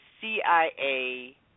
CIA